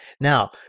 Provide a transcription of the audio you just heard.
Now